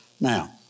Now